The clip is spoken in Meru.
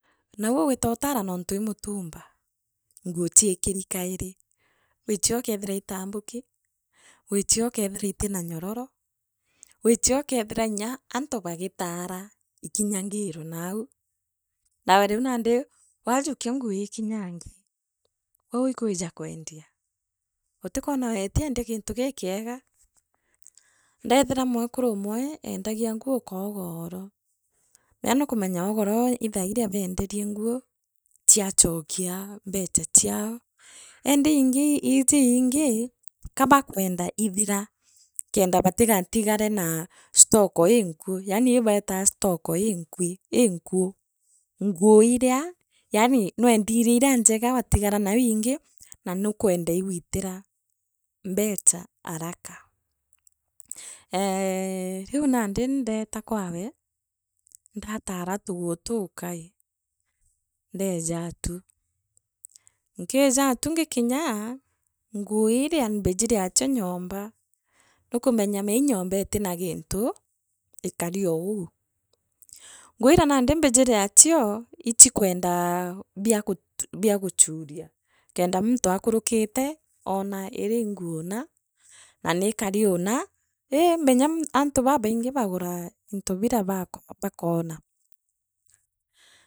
Nauu wiita utara nontu ii mutumba, nguu chiikini kairi wichio ukeethira itaambuki. wiichio ukeethira itira nyororo. wichio ukeethira inya antu bagiitaara. ikinyangirwe nau nawe riu nandi waajukia nguu ikinyangi, wauga ikwiija kwendia, utikwora utiendia giintu gikiiga ndethira mwekuru umwe eendagia nguu chia chokia mbecha chiao eendi iiji iingii kabakwenda ithira kenda batigatigare na stoko inkuu yeeni ii beetaa stoko inkui nguu iria yaani nwedine iria njega watigara naiu ingi na nukwenda igwitira mbecha araka eee riu nandi ndetaa kwawe ndaatara tuguu tukai ndeejatu nkiijaatu ngikinyaa nguu iria mbijire achio nyomba nukumenya mea ii nyomba itina gintu ikari oo uu nguu iria nandi mbijireachio ichikwenda biagutu biaguchuria kende muntu akurukite oora iria ii nguu naa na niikani uuna ii menya mu antu babaingi baaguna into baako baakwona.